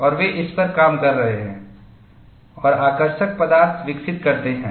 और वे इस पर काम करते रहते हैं और आकर्षक पदार्थ विकसित करते हैं